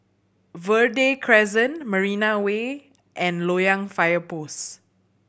Verde Crescent Marina Way and Loyang Fire Post